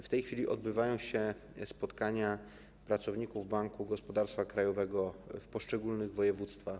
W tej chwili odbywają się spotkania pracowników Banku Gospodarstwa Krajowego w poszczególnych województwach.